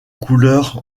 couleur